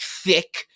thick